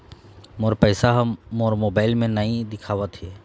मोर पैसा ह मोर मोबाइल में नाई दिखावथे